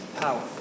power